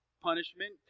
punishment